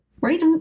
right